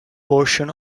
portion